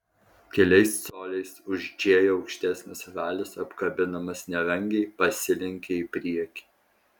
keliais coliais už džėjų aukštesnis ralis apkabinamas nerangiai pasilenkė į priekį